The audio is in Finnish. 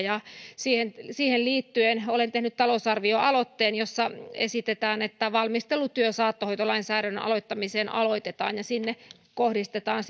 siihen siihen liittyen olen tehnyt talousarvioaloitteen jossa esitetään että valmistelutyö saattohoitolainsäädännön aloittamiseksi aloitetaan ja sinne kohdistetaan